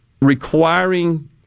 requiring